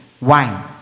Wine